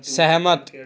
ਸਹਿਮਤ